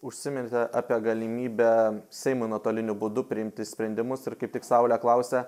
užsiminėte apie galimybę seimui nuotoliniu būdu priimti sprendimus ir kaip tik saulė klausia